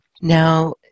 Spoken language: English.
Now